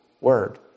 word